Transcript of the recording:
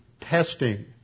testing